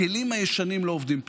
הכלים הישנים לא עובדים פתאום,